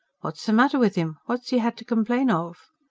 what's the matter with him? what's he had to complain of?